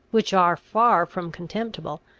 which are far from contemptible,